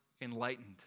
enlightened